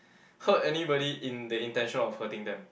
hurt anybody in the intention of hurting them